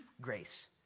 Grace